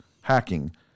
hacking